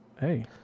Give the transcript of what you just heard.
Hey